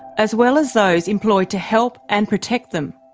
as well as those employed to help and protect them.